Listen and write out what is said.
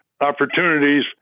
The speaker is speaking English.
opportunities